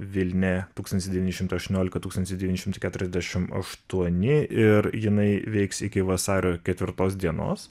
vilnia tūkstantis devyni šimtai aštuoniolika tūkstantis devyni šimtai keturiasdešim aštuoni ir jinai veiks iki vasario ketvirtos dienos